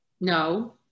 No